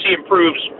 improves